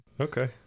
Okay